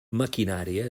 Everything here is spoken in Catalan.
maquinària